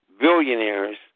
billionaires